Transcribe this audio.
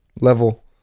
level